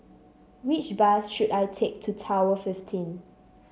which bus should I take to Tower Fifteen